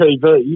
TV